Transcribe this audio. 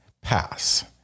pass